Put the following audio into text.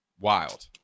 Wild